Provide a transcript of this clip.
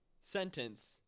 Sentence